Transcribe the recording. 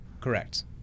Correct